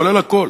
כולל הכול.